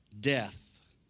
Death